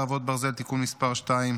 חרבות ברזל) (תיקון מס' 2),